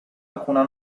alcuna